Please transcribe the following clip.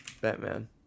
Batman